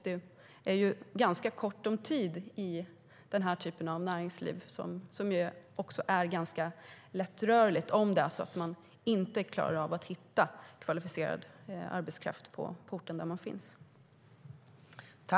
Det är ganska kort om tid i den här typen av näringsliv, som är ganska lättrörligt, om man inte klarar av att hitta kvalificerad arbetskraft på orten där man finns.